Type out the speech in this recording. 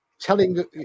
telling